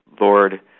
Lord